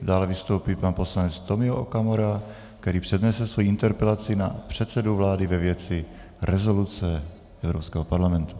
Dále vystoupí pan poslanec Tomio Okamura, který přednese svoji interpelaci na předsedu vlády ve věci rezoluce Evropského parlamentu.